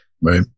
right